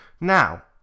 Now